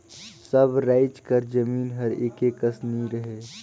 सब राएज कर जमीन हर एके कस नी रहें